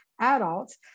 adults